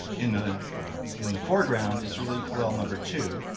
in the in the foreground is relief well number two,